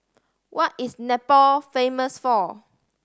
what is Nepal famous for